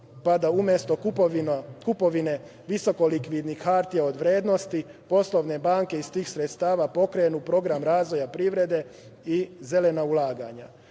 pa da umesto kupovine visoko likvidnih hartija od vrednosti poslovne banke iz tih sredstava pokrenu program razvoja privrede i zelena ulaganja. Narodna